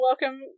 Welcome